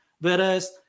Whereas